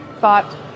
thought